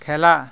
খেলা